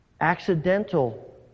Accidental